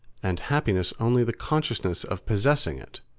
and happiness only the consciousness of possessing it,